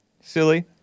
silly